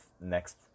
next